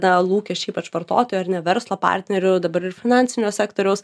na lūkesčiai ypač vartotojų ar ne verslo partnerių dabar ir finansinio sektoriaus